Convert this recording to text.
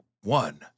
one